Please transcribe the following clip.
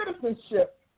citizenship